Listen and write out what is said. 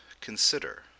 consider